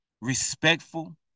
respectful